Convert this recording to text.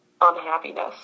unhappiness